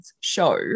show